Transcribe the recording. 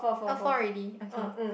oh four already okay